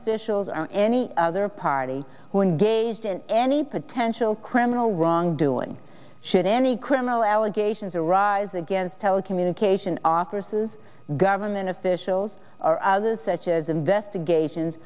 officials are any other party who engaged in any potential criminal wrongdoing should any criminal allegations arise against telecommunications offices government officials or others such as investigations